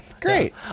great